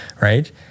right